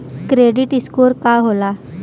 Credit score का होला?